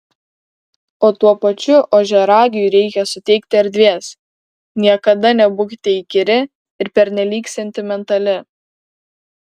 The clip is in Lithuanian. o tuo pačiu ožiaragiui reikia suteikti erdvės niekada nebūkite įkyri ir pernelyg sentimentali